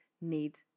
need